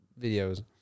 videos